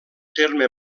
terme